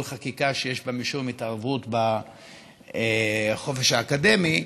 חקיקה שיש בה משום התערבות בחופש האקדמי.